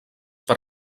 per